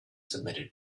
submitted